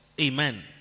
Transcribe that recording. Amen